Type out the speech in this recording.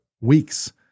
weeks